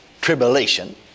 Tribulation